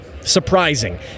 surprising